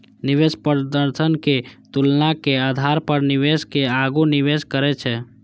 निवेश प्रदर्शनक तुलना के आधार पर निवेशक आगू निवेश करै छै